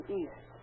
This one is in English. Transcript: east